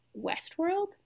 westworld